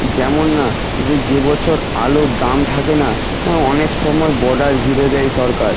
যেমন না যে যে বছর আলুর দাম থাকে না অনেক সময় বর্ডার ঘিরে দেয় সরকার